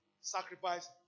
sacrifice